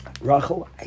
Rachel